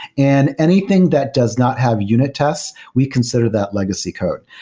and anything that does not have unit tests we consider that legacy code.